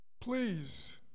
please